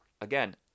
again